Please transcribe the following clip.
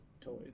toys